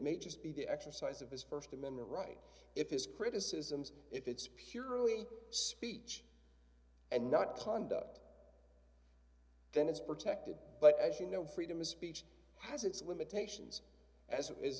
may just be the exercise of his st amendment right if his criticisms if it's purely speech and not conduct then is protected but actually no freedom of speech has its limitations as it is